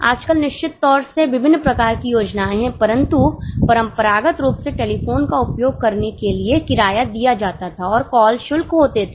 आजकल निश्चित तौर से विभिन्न प्रकार की योजनाएं हैं परंतु परंपरागत रूप से टेलीफोन का उपयोग करने के लिए किराया दिया जाता था और कॉल शुल्क होते थे